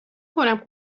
کنم